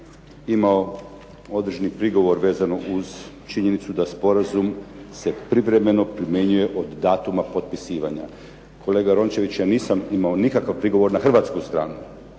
imao određeni prigovor vezano uz činjenicu da sporazum se privremeno primjenjuje od datuma potpisivanja. Kolega Rončević, ja nisam imao nikakav prigovor na hrvatsku stranu.